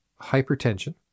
hypertension